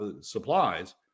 supplies